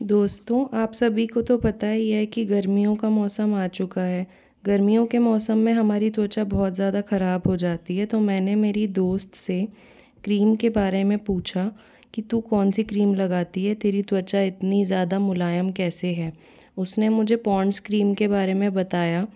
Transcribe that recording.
दोस्तों आप सभी को तो पता ही है कि गर्मियों का मौसम आ चुका है गर्मियाें के मौसम में हमारी त्वचा बहुत ज़्यादा ख़राब हो जाती है तो मैंने मेरी दोस्त से क्रीम के बारे में पूछा कि तू कौन सी क्रीम लगाती है तेरी त्वचा इतनी ज़्यादा मुलायम कैसे है उसने मुझे पॉन्ड्स क्रीम के बारे में बताया